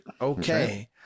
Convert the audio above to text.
okay